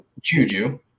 Juju